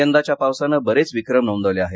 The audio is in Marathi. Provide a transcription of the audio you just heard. यंदाच्या पावसानं बरेच विक्रम नोंदवले आहेत